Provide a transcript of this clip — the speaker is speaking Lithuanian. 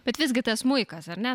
bet visgi tas smuikas ar ne